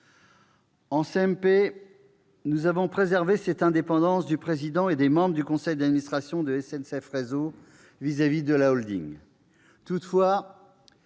En CMP, nous avons préservé cette indépendance du président et des membres du conseil d'administration de SNCF Réseau à cet égard de la.